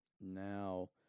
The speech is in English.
Now